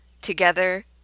Together